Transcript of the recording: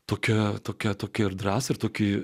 tokia tokia tokia ir drąsa ir tokį